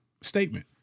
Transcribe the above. statement